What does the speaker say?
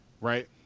right